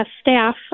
staff